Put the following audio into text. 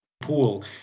pool